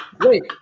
Wait